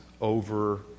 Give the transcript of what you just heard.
over